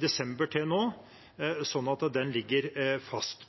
desember til nå, så den ligger fast.